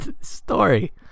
story